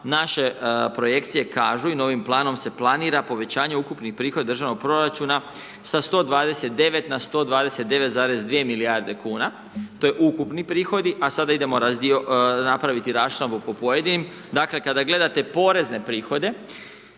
naše projekcije kažu i novim planom se planira povećanje ukupnih prihoda državnog proračuna sa 129 na 129,2 milijarde kuna. To je ukupni prihodi a sada idemo napraviti raščlambu po pojedinim. Dakle kada gledate porezne prihode